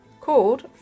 called